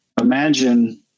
imagine